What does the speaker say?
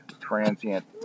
transient